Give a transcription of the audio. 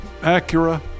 Acura